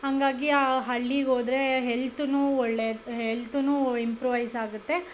ಹಾಗಾಗಿ ಆ ಹಳ್ಳಿಗೋದ್ರೆ ಹೆಲ್ತೂ ಒಳ್ಳೆಯ ಹೆಲ್ತೂ ಇಂಪ್ರೂವೈಸ್ ಆಗುತ್ತೆ